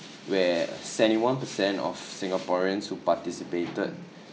where seventy one percent of singaporeans who participated